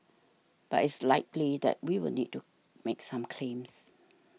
but it's likely that we will need to make some claims